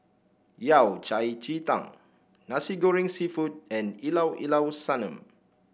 Yao Cai Ji Tang Nasi Goreng seafood and Llao Llao Sanum